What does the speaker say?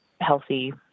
healthy